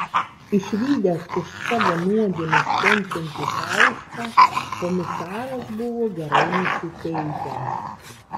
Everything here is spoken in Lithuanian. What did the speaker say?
išvydęs už savo nuodėmes kenčiantį faustą komisaras buvo gerai nusiteikęs